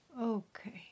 okay